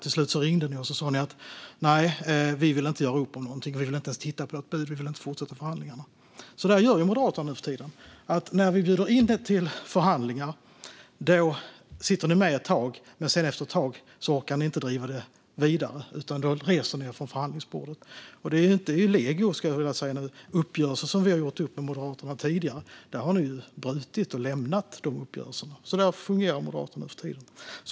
Till slut ringde ni och sa: Nej, vi vill inte göra upp om någonting. Vi vill inte ens titta på ert bud. Vi vill inte fortsätta förhandlingarna. Så där gör ju Moderaterna nu för tiden. När vi bjuder in till förhandlingar sitter ni med ett tag, men efter ett tag orkar ni inte driva det vidare utan reser er från förhandlingsbordet. Det är legio nu, skulle jag vilja säga. Även uppgörelser som vi gjort med Moderaterna tidigare har ni brutit och lämnat. Så fungerar Moderaterna nu för tiden.